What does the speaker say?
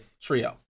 trio